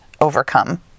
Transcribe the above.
overcome